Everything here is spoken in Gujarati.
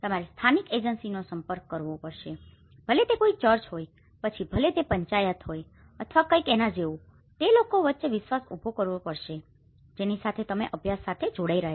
તમારે સ્થાનિક એજન્સીનો સંપર્ક કરવો પડશે ભલે તે કોઈ ચર્ચ હોય પછી ભલે તે પંચાયત હોય અથવા કંઇક એના જેવું તે લોકો વચ્ચે વિશ્વાસ ઉભો કરશે જેની સાથે તમે અભ્યાસ માટે જોડાઈ રહ્યા